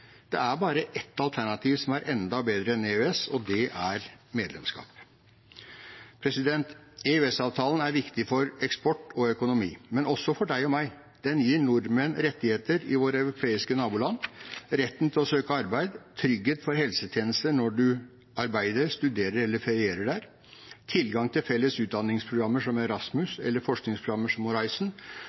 Det er bare ett alternativ som er enda bedre enn EØS, og det er medlemskap. EØS-avtalen er viktig for eksport og økonomi, men også for deg og meg. Den gir nordmenn rettigheter i våre europeiske naboland, retten til å søke arbeid, trygghet for helsetjenester når man arbeider, studerer eller ferierer der, tilgang til felles utdanningsprogrammer som Erasmus eller forskningsprogrammer som